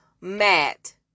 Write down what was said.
Matt